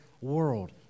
world